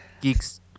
Geeks